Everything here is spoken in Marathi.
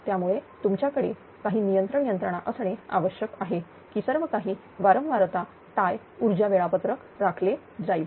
त्यामुळे तुमच्याकडे काही नियंत्रण यंत्रणा असणे आवश्यक आहे की सर्वकाही वारंवारता टाय ऊर्जा वेळापत्रक राखले जाईल